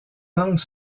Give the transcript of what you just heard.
langues